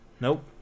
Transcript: Nope